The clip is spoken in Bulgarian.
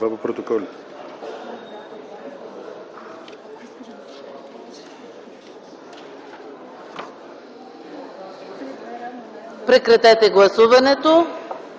Прекратете гласуването